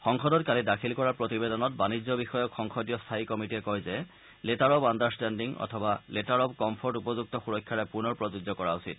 সংসদত কালি দাখিল কৰা প্ৰতিবেদনত বাণিজ্য বিষয়ক সংসদীয় স্থায়ী কমিটীয়ে কয় যে লেটাৰ অব্ আণ্ডাৰট্টেডিং অথবা লেটাৰ অব কমফৰ্ট উপযুক্ত সুৰক্ষাৰে পুনৰ প্ৰযোজ্য কৰা উচিত